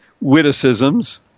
witticisms